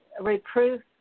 reproof